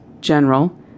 General